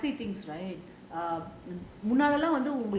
you know the taxi taxi things right err